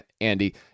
Andy